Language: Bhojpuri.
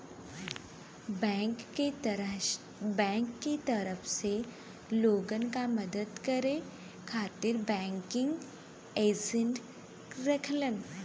बैंक क तरफ से लोगन क मदद करे खातिर बैंकिंग एजेंट रहलन